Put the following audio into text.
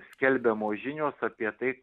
skelbiamos žinios apie tai